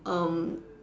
um